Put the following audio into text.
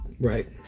Right